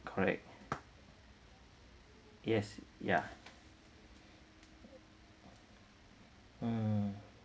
correct yes ya mm